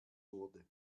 wurde